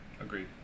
Agreed